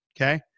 Okay